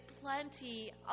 plenty